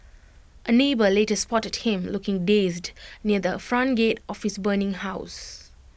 A neighbour later spotted him looking dazed near the front gate of his burning house